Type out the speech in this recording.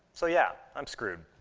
so, yeah, i'm screwed.